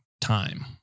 time